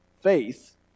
faith